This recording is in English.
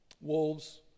Wolves